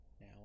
now